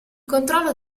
controllo